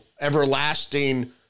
everlasting